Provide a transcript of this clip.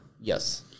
Yes